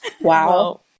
wow